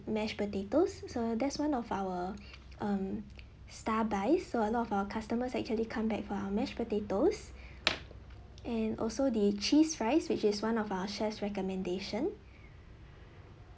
mashed potatoes so that's one of our um star buy so a lot of our customers actually come back for our mashed potatoes and also the cheese fries which is one of our chef's recommendation